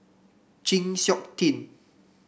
Chng Seok Tin